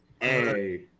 Hey